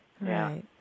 right